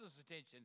attention